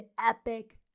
epic